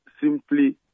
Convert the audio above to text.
simply